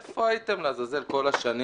איפה הייתם לעזאזל כל השנים